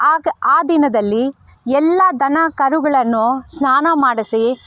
ಆಗ ಆ ದಿನದಲ್ಲಿ ಎಲ್ಲ ದನ ಕರುಗಳನ್ನು ಸ್ನಾನ ಮಾಡಿಸಿ